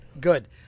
Good